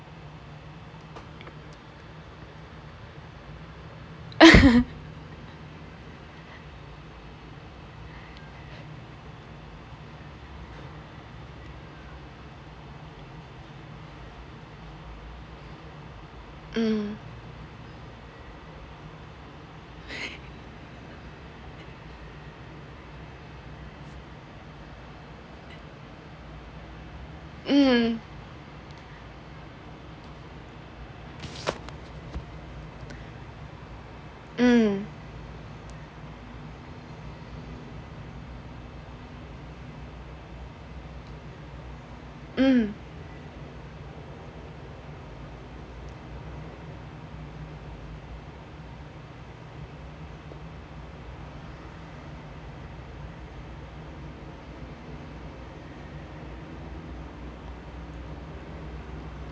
um um um um